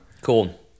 Cool